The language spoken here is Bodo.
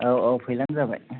औ औ फैब्लानो जाबाय